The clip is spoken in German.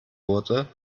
wurde